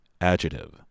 Adjective